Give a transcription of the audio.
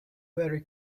very